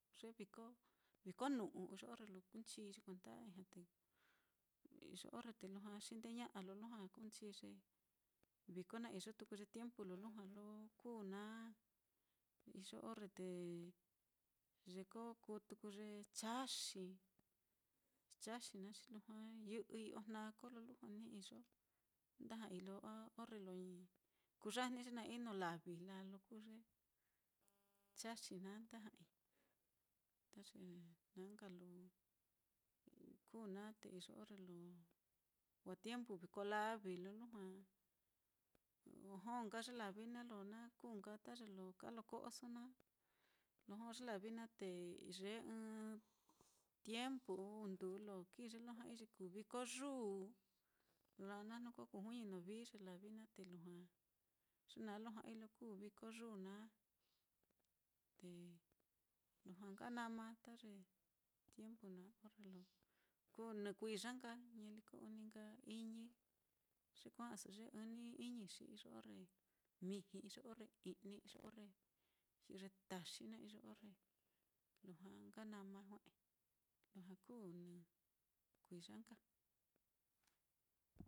Ye viko, ye viko nu'u iyo orre lo kunchii ye kuenda ijña, te iyo orre te lujua xindeña'a lo lujua kuu nchi ye viko naá, te iyo tuku ye tiempu, lo lujua lo kuu naá, iyo orre te ye ko kuu tuku ye chaxi, ye chaxi naá, xi lujua yɨ'ɨi ojna kolo lujua ni iyo nda ja'ai lo a orre lo kuyajni ye na ino lavi laa lo kuu ye chaxi naá nda ja'ai, ta ye naá nka lo kuu naá te iyo orre lo wa tiempu viko lavi lo lujua jó nka ye lavi naá, lo na kuu nka ta ye lo kaa lo ko'oso naá, lo jó ye lavi naá, te yee ɨ́ɨ́n tiempu ɨ́ɨ́n uu nduu lo kii ye lo ja'ai ye kuu viko yuu, laa naá jnu ko kuijuiñi novi ye lavi naá, te lujua ye naá lo ja'ai lo kuu viko yuu naá, te lujua nka nama ta ye tiempu naá, orre lo kuu nɨ kuiya nka ñaliko ɨ́ɨ́n ní nka iñi ye kuja'aso ye ɨ́ɨ́n ní iñi xi iyo orre miji, iyo orre i'ni, iyo orre yɨ'ɨ ye taxi naá, iyo orre lujua nka nama jue'e lujua kuu nɨ kuiya nka.